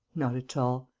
not at all.